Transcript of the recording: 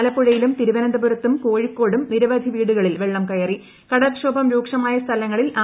ആലപ്പുഴയിലും തിരുവനന്തപുരത്തും കോഴിക്കോടും നിരവധി വീടുകളിൽ വെള്ളം കടൽക്ഷോഭം രൂക്ഷമായ സ്ഥലങ്ങളിൽ കയറി